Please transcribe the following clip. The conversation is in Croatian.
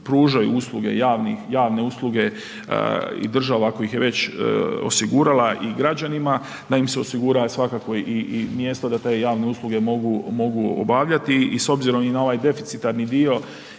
pružaju usluge javne usluge i država koja ih je već osigurala i građanima da im se osigura svakako i mjesto da te javne usluge mogu obavljati i s obzirom na ovaj deficitarni dio